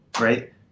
right